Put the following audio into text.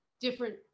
different